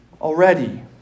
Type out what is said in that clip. already